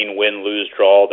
win-lose-draw